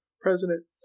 president